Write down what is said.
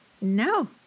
No